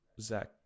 Zach